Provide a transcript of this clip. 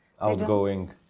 Outgoing